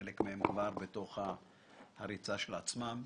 חלק מהם כבר בתוך הריצה של עצמם.